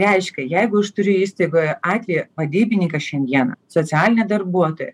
reiškia jeigu aš turiu įstaigoje atvejo vadybininkas šiandieną socialinė darbuotoja